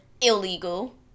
Illegal